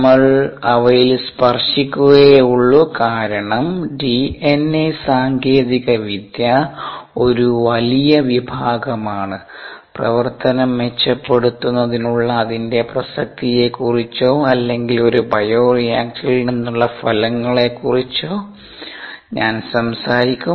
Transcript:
നമ്മൾ അവയിൽ സ്പർശിക്കുകയേയുള്ളൂ കാരണം ഡിഎൻഎ സാങ്കേതികവിദ്യ ഒരു വലിയ വിഭാഗമാണ് പ്രവർത്തനം മെച്ചപ്പെടുത്തുന്നതിനുള്ള അതിന്റെ പ്രസക്തിയെക്കുറിച്ചോ അല്ലെങ്കിൽ ഒരു ബയോറിയാക്ടറിൽ നിന്നുള്ള ഫലങ്ങളെക്കുറിച്ചോ ഞാൻ സംസാരിക്കും